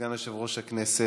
סגן יושב-ראש הכנסת,